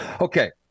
Okay